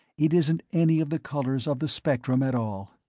it isn't any of the colors of the spectrum at all.